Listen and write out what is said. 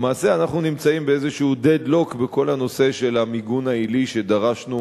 למעשה אנחנו נמצאים באיזשהו deadlock בכל הנושא של המיגון העילי שדרשנו